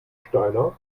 steiner